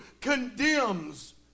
condemns